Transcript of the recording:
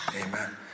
amen